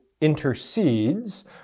intercedes